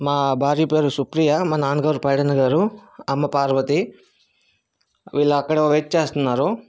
మా భార్య పేరు సుప్రియ మా నాన్నగారు పైడన్న గారు అమ్మ పార్వతి వీళ్ళు అక్కడ వెయిట్ చేస్తున్నారు